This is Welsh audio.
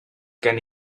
gen